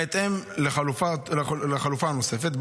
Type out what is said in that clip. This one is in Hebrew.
בהתאם לחלופה הנוספת,